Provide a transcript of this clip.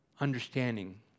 understanding